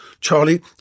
Charlie